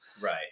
right